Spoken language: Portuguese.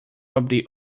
abrir